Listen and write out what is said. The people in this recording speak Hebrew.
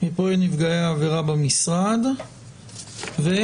נפגעי עבירה במשרד המשפטים,